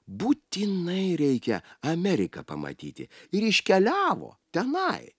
būtinai reikia ameriką pamatyti ir iškeliavo tenai